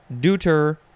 Deuter